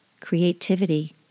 Creativity